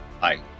Hi